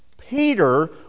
Peter